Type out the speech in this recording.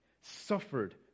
suffered